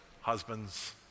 husbands